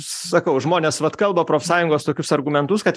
sakau žmonės vat kalba profsąjungos tokius argumentus kad